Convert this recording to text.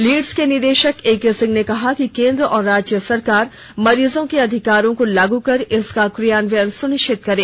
Leeds के निदेशक A K Singh ने कहा कि केन्द्र व राज्य सरकार मरीजों के अधिकारों को लागू कर इसका क्रियान्वयन सुनिश्चित करे